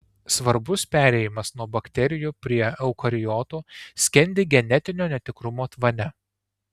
svarbus perėjimas nuo bakterijų prie eukariotų skendi genetinio netikrumo tvane